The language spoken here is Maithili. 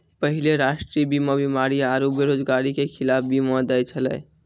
पहिले राष्ट्रीय बीमा बीमारी आरु बेरोजगारी के खिलाफ बीमा दै छलै